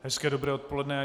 Hezké dobré odpoledne.